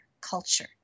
culture